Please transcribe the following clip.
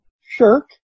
Shirk